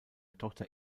tochter